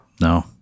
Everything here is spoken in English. No